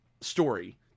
story